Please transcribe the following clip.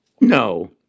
no